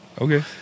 Okay